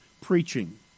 preaching